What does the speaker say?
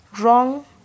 wrong